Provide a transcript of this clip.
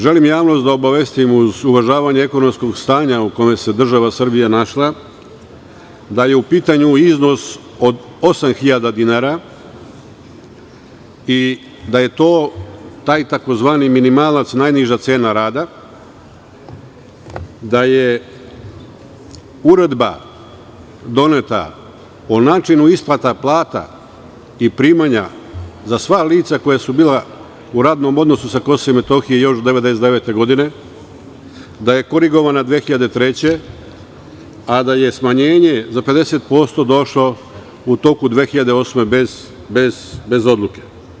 Želim javnost da obavestim, uz uvažavanje ekonomskog stanja u kome se država Srbija našla, da je u pitanju iznos od 8.000 dinara i da je to taj tzv. minimalac, najniža cena rada, da je uredba doneta o načinu isplata plata i primanja za sva lica koja su bila u radnom odnosu sa Kosova i Metohije još 1999. godine, da je korigovana 2003. godine, a da je smanjenje za 50% došlo u toku 2008. godine, bez odluke.